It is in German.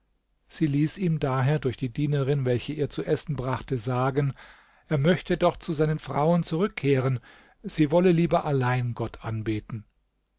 sie ließ ihm daher durch die dienerin welche ihr zu essen brachte sagen er möchte doch zu seinen frauen zurückkehren sie wolle lieber allein gott anbeten